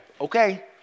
Okay